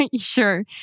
Sure